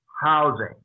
housing